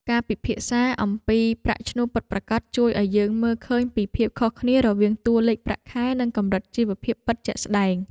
ការពិភាក្សាអំពីប្រាក់ឈ្នួលពិតប្រាកដជួយឱ្យយើងមើលឃើញពីភាពខុសគ្នារវាងតួលេខប្រាក់ខែ និងកម្រិតជីវភាពពិតជាក់ស្តែង។